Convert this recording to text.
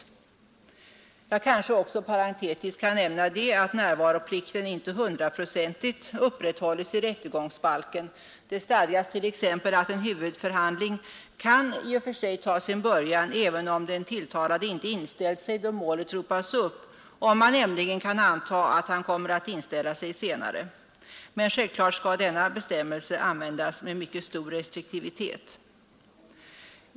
Jag kan kanske också parentetiskt nämna att närvaroplikten inte 100-procentigt upprätthålls i rättegångsbalken. Det stadgas t.ex. att en huvudförhandling i och för sig kan ta sin början även om den tilltalade inte inställt sig då målet ropas upp, nämligen om man kan anta att han kommer att inställa sig senare. Men denna bestämmelse skall självfallet användas med mycket stor restriktivitet.